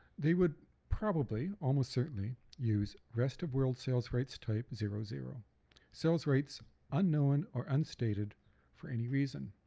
they would probably, almost certainly, use rest of world sales rights type zero zero sales rights unknown or unstated for any reason.